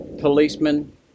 policemen